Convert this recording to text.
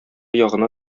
ягына